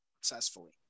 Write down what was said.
successfully